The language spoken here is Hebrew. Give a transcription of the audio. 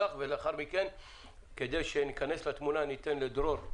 ולאחר מכן נאפשר לדרור.